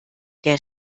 der